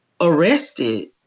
arrested